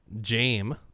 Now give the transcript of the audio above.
James